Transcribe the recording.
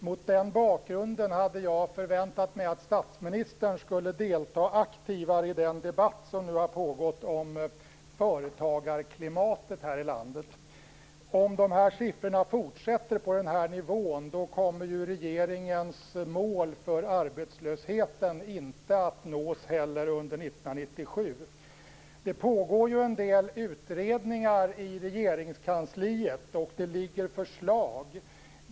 Mot den bakgrunden hade jag förväntat mig att statsministern skulle delta aktivare i den debatt som nu har pågått om företagarklimatet här i landet. Om siffrorna fortsätter på denna nivå kommer regeringens mål för arbetslösheten inte att nås heller under 1997. Det pågår en del utredningar i Regeringskansliet, och det finns förslag.